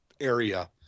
area